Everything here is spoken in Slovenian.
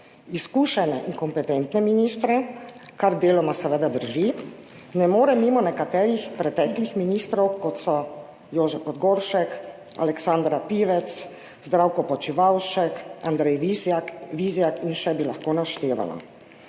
izkušene in kompetentne ministre, kar deloma seveda drži, ne morem mimo nekaterih preteklih ministrov, kot so Jože Podgoršek, Aleksandra Pivec, Zdravko Počivalšek, Andrej Vizjak in še bi lahko naštevala.